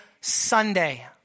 Sunday